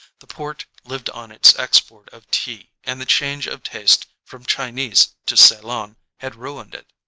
the port lived on its export of tea and the change of taste from chinese to ceylon had ruined it.